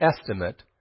estimate